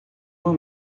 uma